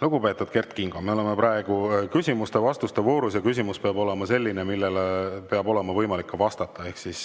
Lugupeetud Kert Kingo! Me oleme praegu küsimuste-vastuste voorus ja küsimus peab olema selline, millele peab olema võimalik ka vastata. Ehk siis